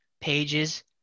pages